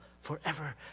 forever